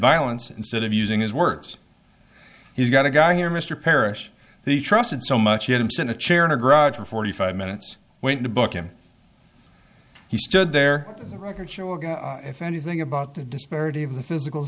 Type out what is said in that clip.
violence instead of using his words he's got a guy here mr parrish they trusted so much adamson a chair in a garage for forty five minutes waiting to book him he stood there the records show again if anything about the disparity of the physical